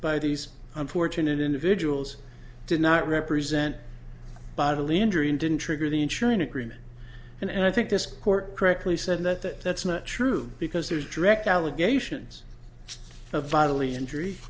these unfortunate individuals did not represent bodily injury and didn't trigger the ensuring agreement and i think this court correctly said that that's not true because there's direct allegations of vitally injury